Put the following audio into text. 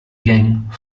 gang